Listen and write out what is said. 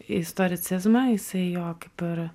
istoricizmą jisai jo kaip ir